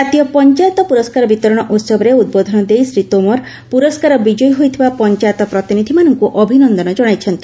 ଜାତୀୟ ପଞ୍ଚାୟତ ପୁରସ୍କାର ବିତରଣ ଉସବରେ ଉଦବୋଧନ ଦେଇ ଶ୍ରୀ ତୋମର ପୁରସ୍କାର ବିଜୟୀ ହୋଇଥିବା ପଞ୍ଚାୟତ ପ୍ରତିନିଧିମାନଙ୍କୁ ଅଭିନନ୍ଦନ ଜଣାଇଛନ୍ତି